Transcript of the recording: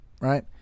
Right